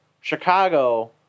Chicago